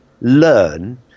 learn